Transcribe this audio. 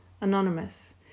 anonymous